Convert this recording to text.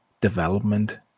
development